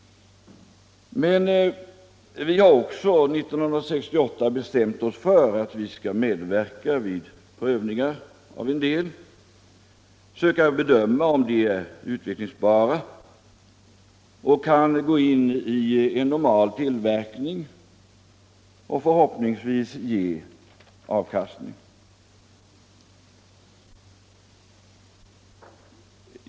Men vi bestämde oss 1968 också för att medverka vid prövningar av idéer och att försöka bedöma om dessa är utvecklingsbara och kan gå in i en normal tillverkning samt förhoppningsvis ge avkastning.